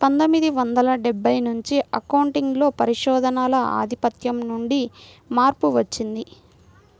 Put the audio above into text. పందొమ్మిది వందల డెబ్బై నుంచి అకౌంటింగ్ లో పరిశోధనల ఆధిపత్యం నుండి మార్పు వచ్చింది